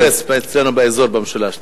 "נתיב אקספרס" אצלנו באזור, במשולש.